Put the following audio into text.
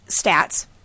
stats